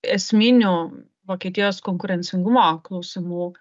esminių vokietijos konkurencingumo klausimų